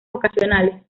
ocasionales